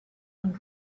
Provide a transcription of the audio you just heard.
and